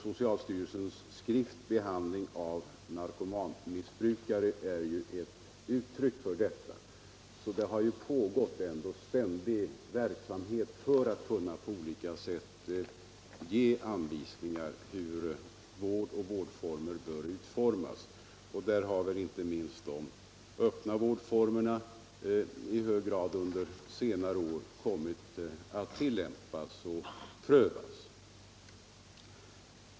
Socialstyrelsens skrift Behandling av narkotikamissbrukare är ett uttryck för detta. Det har pågått ständig verksamhet för att kunna på olika sätt ge anvisningar om hur vård och vårdformer bör utformas. Där har inte minst de öppna vårdformerna i hög grad under senare år kommit att tillämpas och prövas.